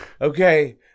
Okay